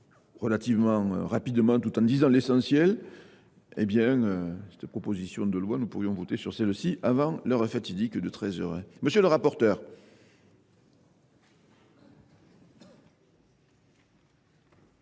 relativement rapidement tout en disant l'essentiel et bien cette proposition de loi nous pouvions voter sur celle-ci avant l'heure fatidique de 13h. Monsieur le rapporteur